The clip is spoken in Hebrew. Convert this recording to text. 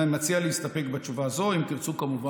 אני מציע להסתפק בתשובה זו.